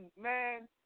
man